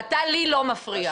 אתה לי לא מפריע.